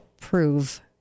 prove